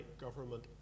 government